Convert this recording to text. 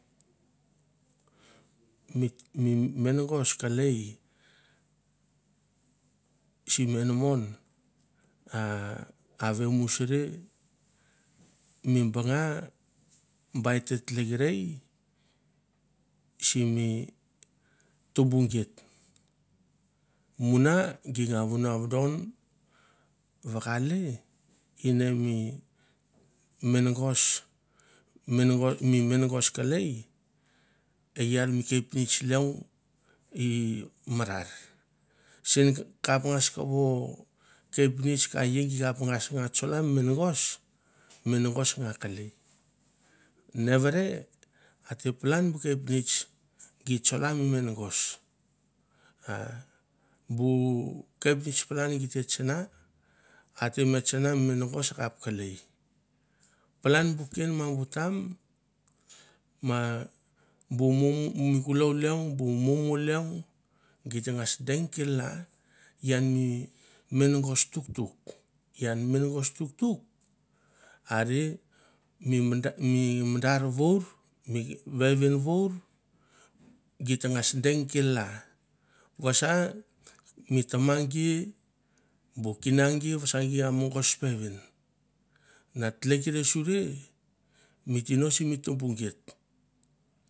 Mi mi mengas kelei sim enamon a a vemusri mi bongo gai ot tlekrei simi tumbu geit, muna gi nga vuan vodon vakale ine mi menagos i marar. Sen kap ngas kovo kepnets ka i gi ngas nga tsola menagos, menagos a nga kelei. Nevere a te palan kepnets gi tsola mi menagos a bu kepnets palan gi te tsana a te me tsana mi menagos a kap kelei. Palan bu ken ma bu tam ma bu mumu kulou leong, bu mumu leong git tangas deng kel- la i menagos tuktuk, ian mi menagos tuktuk are mi mandar vor mi vevin vor git tangas deng kel- la vasa mi tamagi bu king gi vasa gi mogos peven, na tlekrei suri mi tino sim tumbu geit.